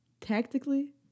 Tactically